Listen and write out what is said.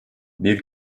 bir